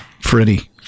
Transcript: Freddie